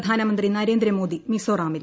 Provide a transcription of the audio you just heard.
പ്രധാനമന്ത്രി നരേന്ദ്രമോദി മിസോറാമിൽ